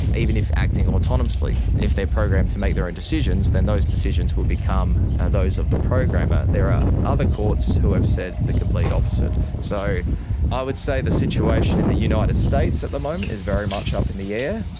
even if acting autonomously. if they're programed to make their own decisions, then those decisions will become those of the programmer. there are other courts who have said the complete opposite. so i would say the situation in the united states at the moment is very much up in the air,